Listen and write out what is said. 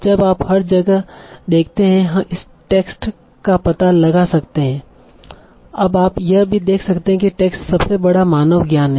अब आप हर जगह देखते हैं इस टेक्स्ट का पता लगा सकते हैं अब आप यह भी देख सकते हैं कि टेक्स्ट सबसे बड़ा मानव ज्ञान है